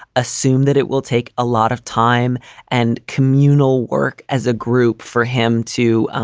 assume that it will take a lot of time and communal work as a group for him to